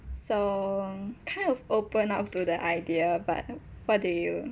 so kind of open up to the idea but what do you